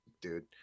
dude